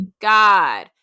God